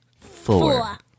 four